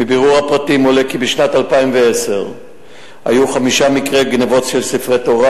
מבירור הפרטים עולה כי בשנת 2010 היו חמישה מקרי גנבה של ספרי תורה,